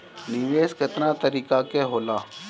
निवेस केतना तरीका के होला?